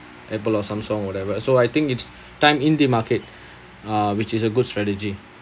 Apple or Samsung whatever so I think it's time in the market uh which is a good strategy